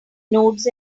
nodes